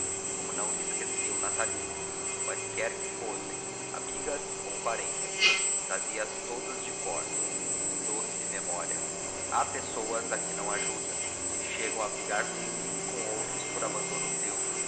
como não lhe esqueciam natalícias quaisquer que fossem amigas ou parentas trazia as todas de cor doce memória há pessoas a que não ajudas e chegam a brigar consigo e com outros por abandono teu